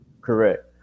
Correct